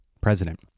President